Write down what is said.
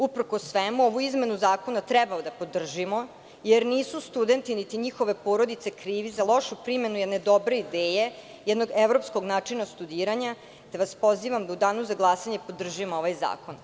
Uprkos svemu, ovu izmenu zakona treba da podržimo, jer nisu studenti niti njihove porodice krivi za lošu primenu jedne dobre ideje, jednog evropskog načina studiranja, te vas pozivam da u danu za glasanje podržimo ovaj zakon.